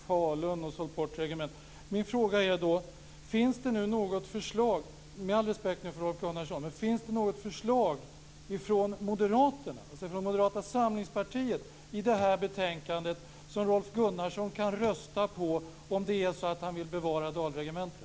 Han skäller nu på Med all respekt för Rolf Gunnarsson, men finns det något förslag från Moderata samlingspartiet i betänkandet som Rolf Gunnarsson kan rösta på för att bevara Dalregementet?